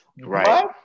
Right